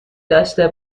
داشته